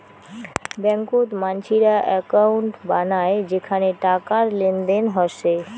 ব্যাংকত মানসিরা একউন্ট বানায় যেখানে টাকার লেনদেন হসে